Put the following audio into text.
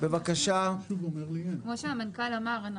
כפי שהמנכ"ל אמר,